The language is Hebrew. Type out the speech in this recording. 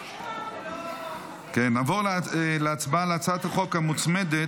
נעבור להצעת החוק המוצמדת,